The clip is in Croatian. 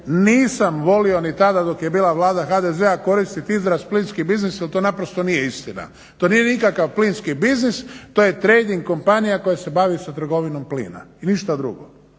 nisam volio ni tada dok je bila vlada HDZ-a koristit izraz plinski biznis jel to naprosto nije istina. To nije nikakav plinski biznis, to je trading kompanija koja se bavi sa trgovinom plina i ništa drugo.